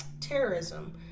terrorism